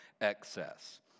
excess